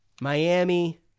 Miami